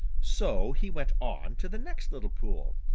so he went on to the next little pool.